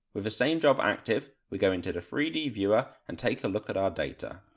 with the same job active we go into the three d viewer and take a look at our data.